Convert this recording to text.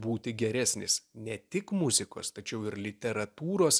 būti geresnis ne tik muzikos tačiau ir literatūros